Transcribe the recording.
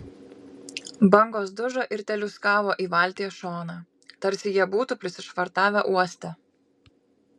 bangos dužo ir teliūskavo į valties šoną tarsi jie būtų prisišvartavę uoste